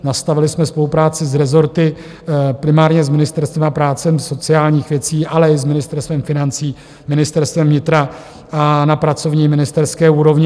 Nastavili jsme spolupráci s rezorty, primárně s Ministerstvem práce a sociálních věcí, ale i s Ministerstvem financí, Ministerstvem vnitra, a na pracovní ministerské úrovni.